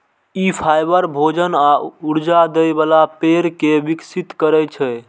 ई fibre, भोजन आ ऊर्जा दै बला पेड़ कें विकसित करै छै